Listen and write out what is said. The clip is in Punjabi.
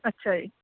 ਅੱਛਾ ਜੀ